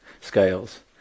scales